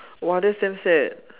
!wah! that's damn sad